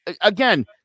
again